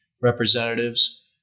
representatives